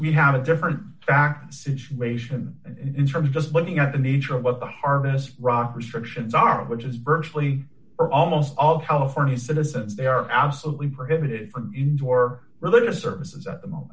we have a different fact situation in terms of just looking at the nature of what the hardest rock restrictions are which is virtually or almost all of california citizens they are absolutely prohibited from indoor religious services at the mo